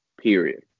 Period